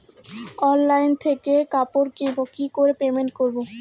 Online থেকে কাপড় কিনবো কি করে পেমেন্ট করবো?